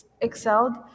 excelled